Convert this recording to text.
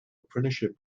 apprenticeship